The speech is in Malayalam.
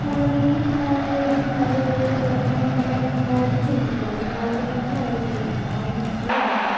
തലമുറയും ഈയൊരു തൊഴിലില് തുടരണം എന്നെന്തായാലും നമ്മളടിച്ചേൽപ്പിക്കില്ല അവർക്ക് താല്പര്യം ഉണ്ടെങ്കിൽ അവര് ചെയ്തോട്ടെ ആ ഒരു മൈൻഡിലെ എടുക്കുള്ളു